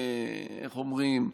איך אומרים,